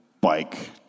bike